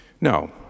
No